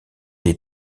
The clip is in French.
est